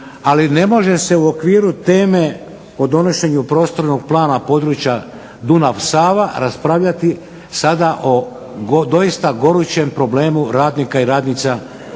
ali ne može se u okviru teme o donošenju prostornog plana područja Dunav-Sava raspravljati sada o doista gorućem problemu radnika i radnica Đakovštine.